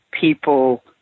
people